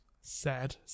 Sad